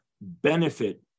benefit